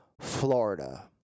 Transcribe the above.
Florida